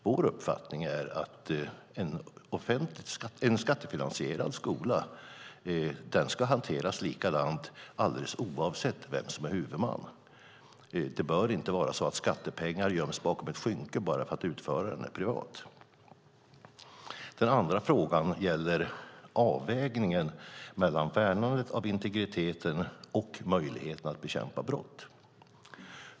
Vår uppfattning är att en skattefinansierad skola ska hanteras likadant alldeles oavsett vem som är huvudman. Det bör inte vara så att skattepengar göms bakom ett skynke bara för att utföraren är privat. En annan reservation gäller avvägningen mellan värnandet av integriteten och möjligheten att bekämpa brott.